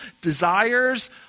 desires